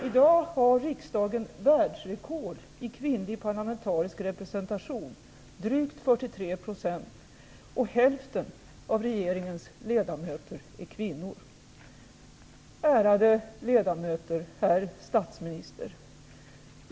I dag har riksdagen världsrekord i kvinnlig parlamentarisk representation, drygt 43 %, och hälften av regeringens ledamöter är kvinnor. Ärade ledamöter, herr statsminister!